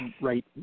right